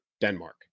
Denmark